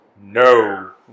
No